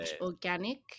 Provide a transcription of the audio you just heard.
organic